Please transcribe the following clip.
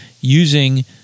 using